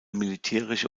militärische